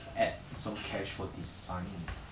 add some cash for design